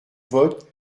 vote